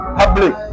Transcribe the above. public